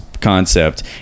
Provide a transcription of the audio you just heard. concept